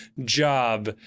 job